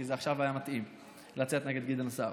כי עכשיו זה היה מתאים לצאת נגד גדעון סער.